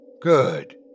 Good